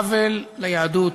עוול ליהדות,